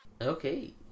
Okay